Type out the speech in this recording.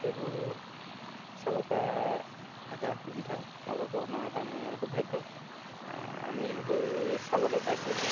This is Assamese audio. এইবোৰ চাব পৰা এটা সুবিধা মই ভাবো আমাৰ কাৰণে সৌভাগ্য আমি এইবোৰ চাবলৈ পাইছোঁ